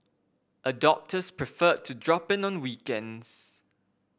adopters prefer to drop in on weekends